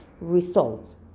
Results